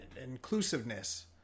inclusiveness